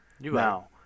now